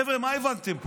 חבר'ה, מה הבנתם פה?